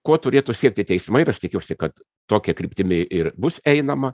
ko turėtų siekti teismai ir aš tikiuosi kad tokia kryptimi ir bus einama